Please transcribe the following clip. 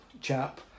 chap